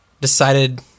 Decided